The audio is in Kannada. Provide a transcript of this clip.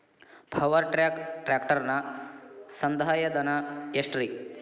ಪವರ್ ಟ್ರ್ಯಾಕ್ ಟ್ರ್ಯಾಕ್ಟರನ ಸಂದಾಯ ಧನ ಎಷ್ಟ್ ರಿ?